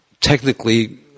technically